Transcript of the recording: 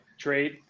trade